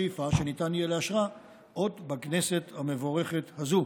בשאיפה שניתן יהיה לאשרה עוד בכנסת המבורכת הזו.